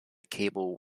cable